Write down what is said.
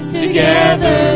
together